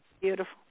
beautiful